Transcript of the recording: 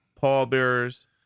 pallbearers